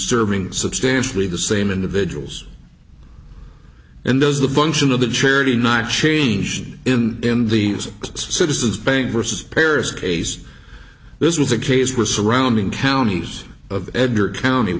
serving substantially the same individuals and as the function of the charity not changed in in the citizens bank versus paris case this was a case where surrounding counties